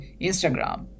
Instagram